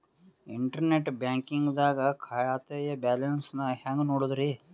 Internet banking ದಾಗ ಖಾತೆಯ balance ನ ಹೆಂಗ್ ನೋಡುದ್ರಿ?